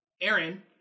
Aaron